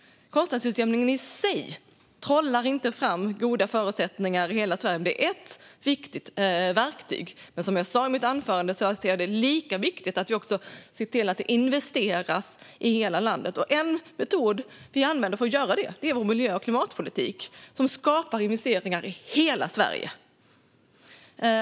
Kostnadsutjämningen i sig trollar inte fram goda förutsättningar i hela Sverige, men det är ett viktigt verktyg. Men som jag sa i mitt anförande är det lika viktigt att det investeras i hela landet. En metod är vår miljö och klimatpolitik, som skapar investeringar i hela Sverige.